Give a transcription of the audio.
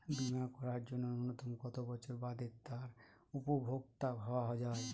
বীমা করার জন্য ন্যুনতম কত বছর বাদে তার উপভোক্তা হওয়া য়ায়?